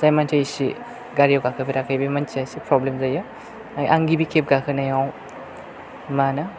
जाय मानसिया ए सि गारियाव गाखोफेराखै बे मानसिया एसे प्रब्लेम जायो आं गिबि खेब गाखोनायाव मा होनो